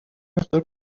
مقدار